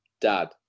dad